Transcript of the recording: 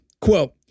Quote